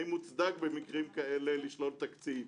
האם מוצדק במקרים כאלה לשלול תקציב,